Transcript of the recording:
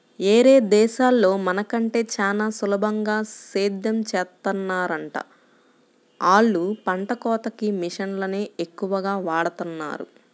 యేరే దేశాల్లో మన కంటే చానా సులభంగా సేద్దెం చేత్తన్నారంట, ఆళ్ళు పంట కోతకి మిషన్లనే ఎక్కువగా వాడతన్నారు